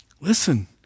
Listen